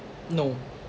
no